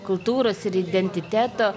kultūros ir identiteto